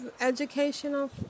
educational